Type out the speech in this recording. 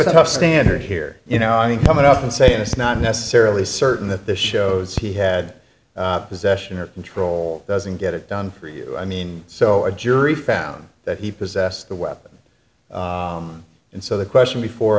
tough standard here you know i mean coming up and saying it's not necessarily certain that this shows he had possession or control doesn't get it done for you i mean so a jury found that he possessed the weapon and so the question before